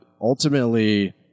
ultimately